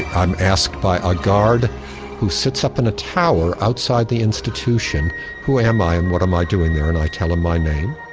i'm asked by a guard who sits up in a tower outside the institution who am i and what am i doing there, and i tell them my name.